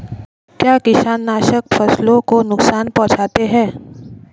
क्या कीटनाशक फसलों को नुकसान पहुँचाते हैं?